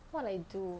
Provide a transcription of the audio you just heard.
what I do